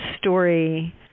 story